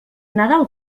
nadal